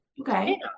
okay